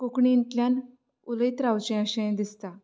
कोंकणींतल्यान उलोयत रावचें अशें दिसता